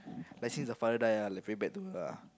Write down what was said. but since the father die lah like very bad to her lah